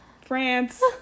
France